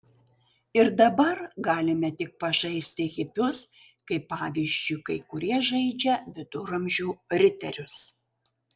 ir dabar galime tik pažaisti hipius kaip pavyzdžiui kai kurie žaidžia viduramžių riterius